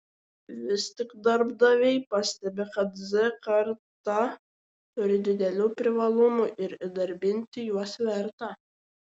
vis tik darbdaviai pastebi kad z karta turi didelių privalumų ir įdarbinti juos verta